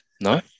No